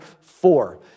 four